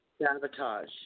sabotage